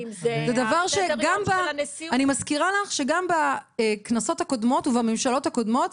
אני מזכירה לך שגם בכנסות הקודמות ובממשלות הקודמות,